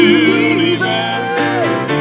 universe